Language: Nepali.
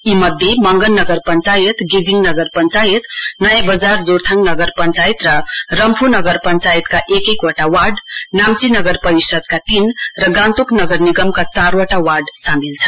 यी मध्ये मंगन नगर पश्वायत गेजिङ नगर पञ्चायत नयाँ बजार जोरथाङ नगर पञ्चायत र रम्फू नगर पञ्चायतका एक एक वटा वार्ड नाम्ची नगर परिषद्का तीन र गान्तोक नगर निगमका चारवटा वार्ड सामेल छन्